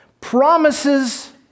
promises